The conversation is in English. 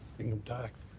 income tax,